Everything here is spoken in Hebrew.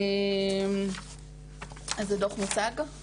מוצג לכם